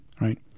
right